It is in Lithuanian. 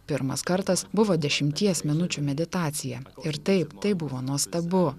pirmas kartas buvo dešimties minučių meditacija ir taip tai buvo nuostabu